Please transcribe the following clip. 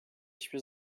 hiçbir